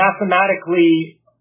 mathematically